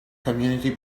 community